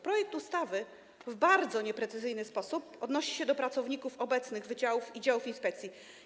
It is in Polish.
Projekt ustawy w bardzo nieprecyzyjny sposób odnosi się do pracowników obecnych wydziałów i działów inspekcji.